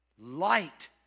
light